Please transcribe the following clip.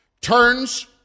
turns